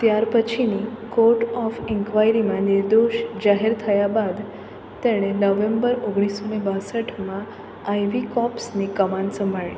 ત્યારપછીની court of ઈન્ક્વાયરીમાં નિર્દોષ જાહેર થયા બાદ તેણે નવેમ્બર ઓગણીસો ને બાસઠમાં આઈ વી કોર્પ્સની કમાન સંભાળી